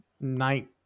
night